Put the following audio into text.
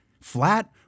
flat